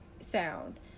sound